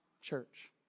church